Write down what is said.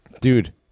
Dude